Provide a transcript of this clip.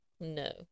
No